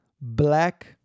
Black